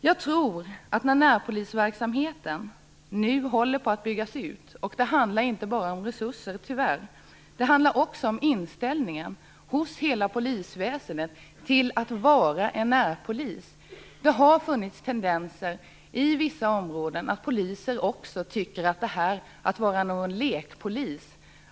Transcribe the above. Jag tror tyvärr inte bara att det handlar om resurser när närpolisverksamheten nu håller på att byggas ut. Det handlar också om inställningen hos hela polisväsendet till närpoliser. Det har funnits tendenser i vissa områden till att poliser tycker att närpoliser är lekpoliser.